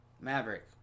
Maverick